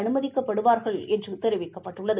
ஏற அமைதிக்கப்படுவார்கள் என்று தெரிவிக்கப்பட்டுள்ளது